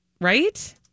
right